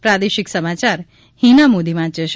પ્રાદેશિક સમાચાર હિના મોદી વાંચ છે